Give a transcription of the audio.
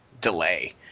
delay